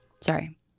Sorry